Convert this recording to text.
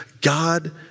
God